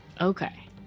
Okay